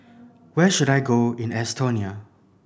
where should I go in Estonia